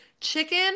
Chicken